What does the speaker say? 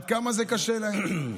עד כמה זה קשה להם,